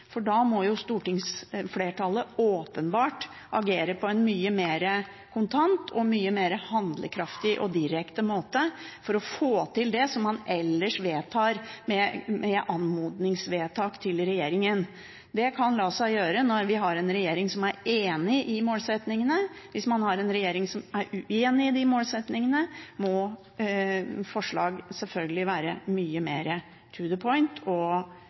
for da må jo stortingsflertallet åpenbart agere på en mye mer kontant og mye mer handlekraftig og direkte måte for å få til det man ellers vedtar med anmodningsvedtak til regjeringen. Det kan la seg gjøre når vi har en regjering som er enig i målsettingene. Hvis man har en regjering som er uenig i målsettingene, må forslag selvfølgelig være mye mer «to the point» og